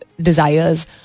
desires